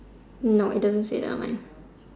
no it doesn't say that mine